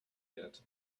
yet